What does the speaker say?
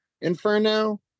Inferno